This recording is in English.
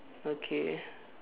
okay